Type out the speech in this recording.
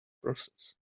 process